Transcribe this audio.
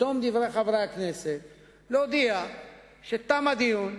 בתום דברי חברי הכנסת להודיע שתם הדיון,